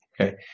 Okay